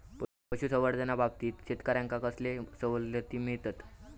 पशुसंवर्धनाच्याबाबतीत शेतकऱ्यांका कसले सवलती मिळतत?